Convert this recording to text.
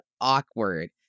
awkward